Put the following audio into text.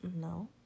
No